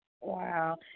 Wow